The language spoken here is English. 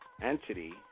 entity